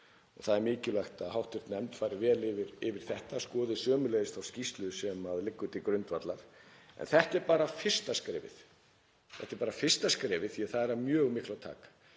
Það er mikilvægt að hv. nefnd fari vel yfir þetta og skoði sömuleiðis þá skýrslu sem liggur til grundvallar. En þetta er bara fyrsta skrefið. Þetta er bara fyrsta skrefið því að það er af mjög miklu að taka.